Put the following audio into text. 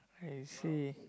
I see